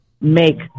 make